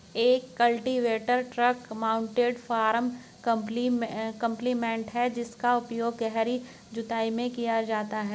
एक cultivator tractor mounted farm implement है जिसका उपयोग गहरी जुताई में किया जाता है